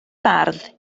bardd